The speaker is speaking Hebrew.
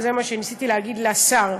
וזה מה שניסיתי להגיד לשר: